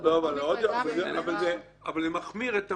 אבל זה מחמיר את המצב.